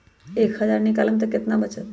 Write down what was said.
एक हज़ार निकालम त कितना वचत?